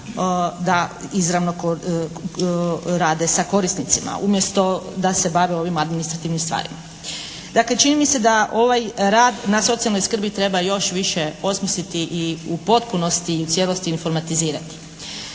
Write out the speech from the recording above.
da izravno rade sa korisnicima umjesto da se bave ovim administrativnim stvarima. Dakle, čini mi se da ovaj rad na socijalnoj skrbi treba još više osmisliti i u potpunosti i u cijelosti informatizirati.